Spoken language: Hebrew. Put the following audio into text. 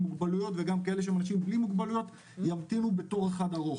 מוגבלויות וגם כאלה שהם אנשים בלי מוגבלויות ימתינו בתור אחד ארוך.